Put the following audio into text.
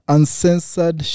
Uncensored